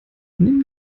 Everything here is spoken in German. nimm